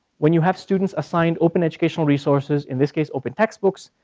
when you have students assigned open educational resources, in this case, open textbooks,